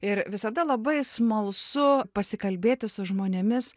ir visada labai smalsu pasikalbėti su žmonėmis